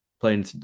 playing